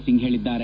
ಸಿಂಗ್ ಹೇಳಿದ್ದಾರೆ